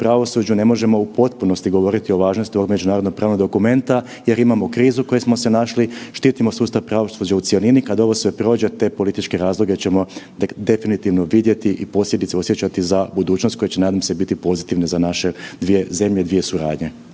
pravosuđu ne možemo u potpunosti govoriti o važnosti ovog međunarodno pravnog dokumenta jer imamo krizu u kojoj smo se našli, štitimo sustav pravosuđa u cjelini, kad ovo sve prođe te političke razloge ćemo definitivno vidjeti i posebice osjećati za budućnost koja će nadam se biti pozitivna za naše dvije zemlje, dvije suradnje.